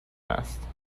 است